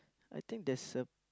I think there's a